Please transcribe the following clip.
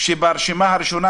שברשימה הראשונה,